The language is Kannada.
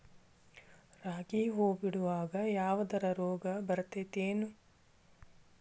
ರಾಗಿ ಹೂವು ಬಿಡುವಾಗ ಯಾವದರ ರೋಗ ಬರತೇತಿ ಏನ್?